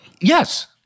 yes